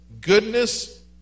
goodness